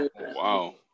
Wow